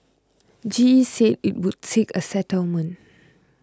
G E said it would seek a settlement